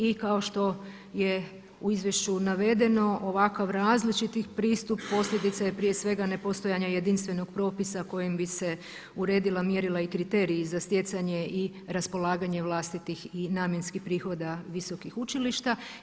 I kao što je u izvješću navedeno ovakav različiti pristup posljedica je prije svega nepostojanja jedinstvenog propisa kojim se uredila mjerila i kriteriji za stjecanje i raspolaganje vlastitih i namjenskih prihoda visokih učilišta.